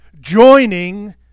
Joining